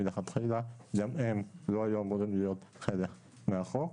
מלכתחילה גם הם לא היו אמורים להיות חלק מהחוק